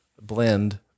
blend